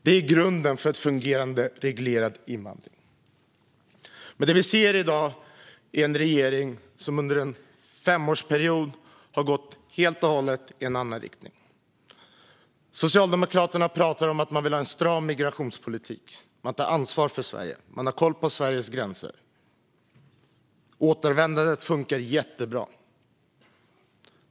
Det är grunden för en fungerande reglerad invandring. Men det vi ser i dag är en regering som under en femårsperiod har gått helt och hållet i en annan riktning. Socialdemokraterna talar om att de vill ha en stram migrationspolitik, att de tar ansvar för Sverige och har koll på Sveriges gränser och att återvändandet fungerar jättebra.